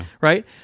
right